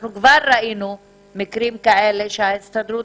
אנחנו כבר ראינו מקרים כאלה שבהם ההסתדרות